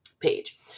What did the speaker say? page